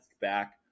back